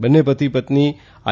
બંને પતિ પત્ની આઈ